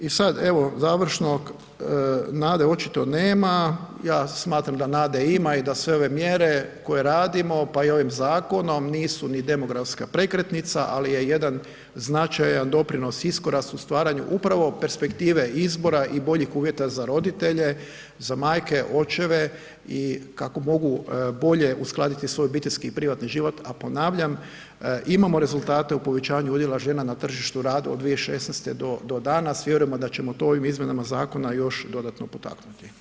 I sad evo završno, nade očito nema, ja smatram da nade ima i da sve ove mjere koje radimo, pa i ovim Zakonom nisu ni demografska prekretnica, ali je jedan značajan doprinos iskoraku, stvaranju upravo perspektive izbora i boljih uvjeta za roditelje, za majke, očeve i kako mogu bolje uskladiti svoj obiteljski i privatni život, a ponavljam imamo rezultate u povećanju udjela žena na tržištu rada od 2016.-te do danas, vjerujemo da ćemo to ovim izmjenama zakona još dodatno potaknuti.